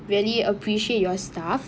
really appreciate your staff